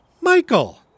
Michael